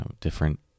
different